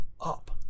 up